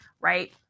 right